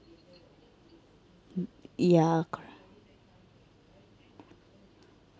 ya correct